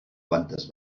quantes